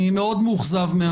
אני מאוכזב מאוד,